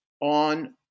on